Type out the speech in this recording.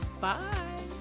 bye